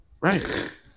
right